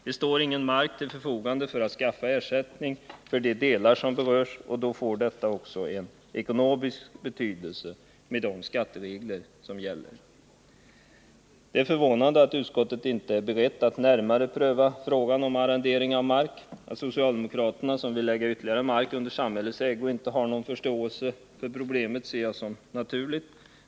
Det står ingen mark till förfogande som ersättning för de delar som berörs, och då får detta också en ekonomisk betydelse, med de skatteregler som gäller. Det är förvånande att utskottet inte är berett att närmare pröva frågan om arrendering av mark. Att socialdemokraterna, som vill lägga ytterligare mark under samhällets ägo, inte har någon förståelse för problemet ser jag som naturligt.